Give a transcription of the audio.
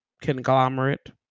conglomerate